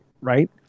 right